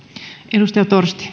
arvoisa